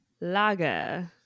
Lager